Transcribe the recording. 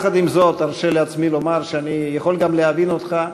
עם זאת, ארשה לעצמי לומר שאני יכול גם להבין אותך.